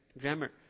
grammar